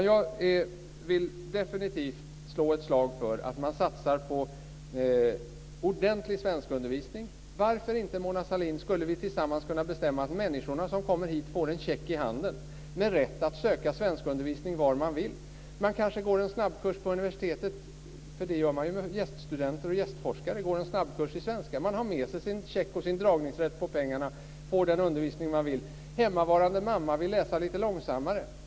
Jag vill definitivt slå ett slag för att man satsar på ordentlig svenskundervisning. Varför skulle vi inte, Mona Sahlin, tillsammans kunna bestämma att människorna som kommer hit får en check i handen med rätt att söka svenskundervisning var man vill? Man kanske går en snabbkurs på universitetet. Så gör man ju med gäststudenter och gästforskare. De går en snabbkurs i svenska. Man har med sig sin check och sin dragningsrätt på pengarna och får den undervisning man vill ha. Hemmavarande mamma vill läsa lite långsammare.